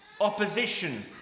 opposition